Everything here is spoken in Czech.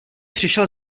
přišel